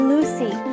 Lucy